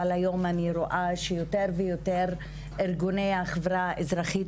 אבל היום אני רואה שיותר ויותר ארגוני החברה האזרחית